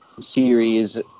series